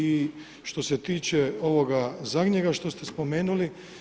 I što se tiče ovoga zadnjega što ste spomenuli.